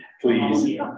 please